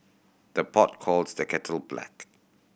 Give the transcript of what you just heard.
the pot calls the kettle black